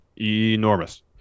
enormous